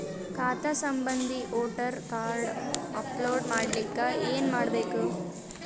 ಖಾತಾ ಸಂಬಂಧಿ voter card upload ಮಾಡಲಿಕ್ಕೆ ಏನ ಮಾಡಬೇಕು?